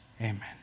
Amen